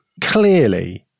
Clearly